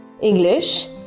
English